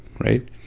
right